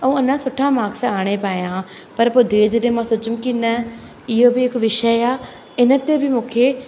ऐं अञा सुठा माक्स आणे पाया पर पोइ धीरे धीरे मां सोचियमि की न इहो बि हिकु विषय आहे इन ते बि मूंखे